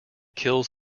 kills